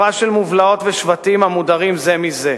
חברה של מובלעות ושבטים המודרים זה מזה.